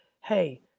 hey